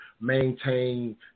maintain